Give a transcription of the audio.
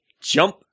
Jump